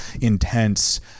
intense